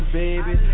baby